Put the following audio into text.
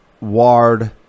Ward